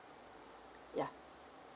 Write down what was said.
yeah